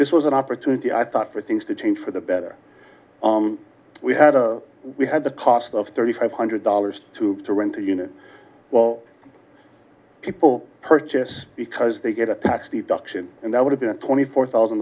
this was an opportunity i thought for things to change for the better we had a we had the cost of thirty five hundred dollars to rent a unit well people purchase because they get a pass the duction and that would've been twenty four thousand